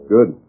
Good